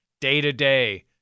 day-to-day